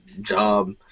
job